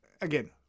again